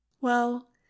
Well